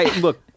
Look